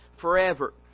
forever